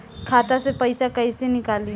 खाता से पैसा कैसे नीकली?